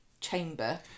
chamber